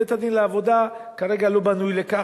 בית-הדין לעבודה כרגע לא בנוי לכך,